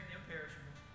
imperishable